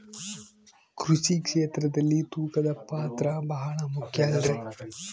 ಕೃಷಿ ಕ್ಷೇತ್ರದಲ್ಲಿ ತೂಕದ ಪಾತ್ರ ಬಹಳ ಮುಖ್ಯ ಅಲ್ರಿ?